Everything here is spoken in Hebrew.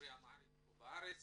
דוברי אמהרית בארץ